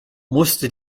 musste